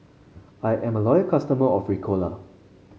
I am a loyal customer of Ricola